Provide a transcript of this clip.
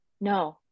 No